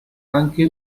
anche